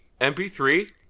MP3